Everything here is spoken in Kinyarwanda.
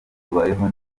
tubayeho